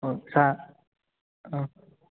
ഓ sir ആ